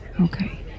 Okay